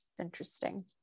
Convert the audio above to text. Interesting